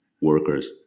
workers